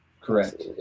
Correct